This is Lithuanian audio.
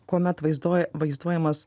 kuomet vaizduoja vaizduojamas